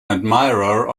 admirer